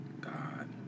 God